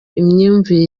imyumvire